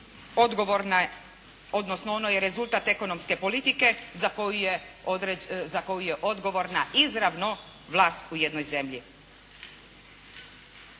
odgovorna, odnosno ono je i rezultat ekonomske politike za koju je odgovorna izravno vlast u jednoj zemlji.